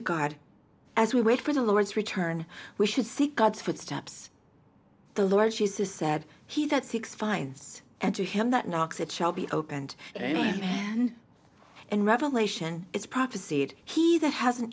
to god as we wait for the lord's return we should see god's footsteps the lord jesus said he that six fives and to him that knocks it shall be opened man and revelation is prophesied he that has an